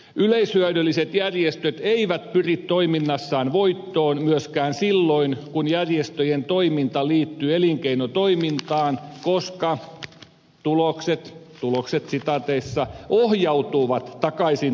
yleishyödylliset järjestöt eivät pyri toiminnassaan voittoon myöskään silloin kun järjestöjen toiminta liittyy elinkeinotoimintaan koska tulokset ohjautuvat takaisin toimintaan